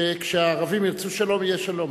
שכשהערבים ירצו שלום, יהיה שלום.